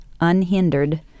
unhindered